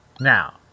Now